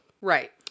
right